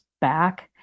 back